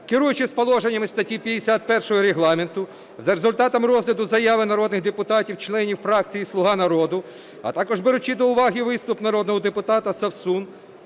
Керуючись положеннями статті 51 Регламенту, за результатами розгляду заяви народних депутатів членів фракції "Слуга народу", а також беручи до уваги виступ народного депутата Совсун,